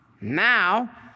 Now